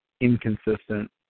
inconsistent